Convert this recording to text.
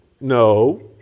No